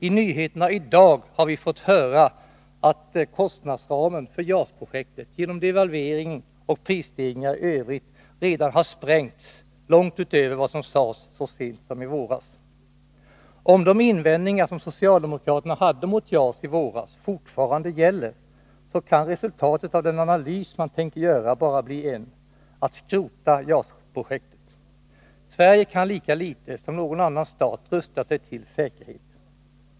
I nyheterna i dag har vi fått höra att kostnadsramen för JAS-projektet, till följd av devalveringen och prisstegringar i övrigt, redan har sprängts långt utöver vad som sades så sent som i våras. Om de invändningar som socialdemokraterna hade mot JAS i våras fortfarande gäller, kan resultatet av den analysen bara bli ett, att skrota JAS-projektet. Sverige kan lika litet som någon annan stat rusta sig till säkerhet.